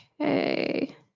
Okay